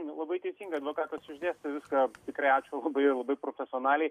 nu labai teisingai advokatas išdėstė viską tikrai ačiū labai labai profesionaliai